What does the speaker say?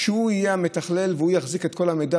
שהוא יהיה המתכלל והוא יחזיק את כל המידע